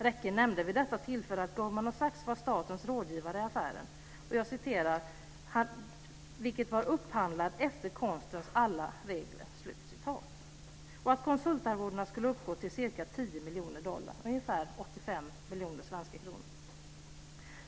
Rekke nämnde vid detta tillfälle att Goldman Sachs var statens rådgivare i affären, "upphandlad efter konstens alla regler", och att konsultarvodena skulle uppgå till ca 10 miljoner dollar, ungefär 85 miljoner svenska kronor.